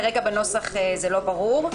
כרגע בנוסח זה לא ברור.